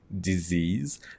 disease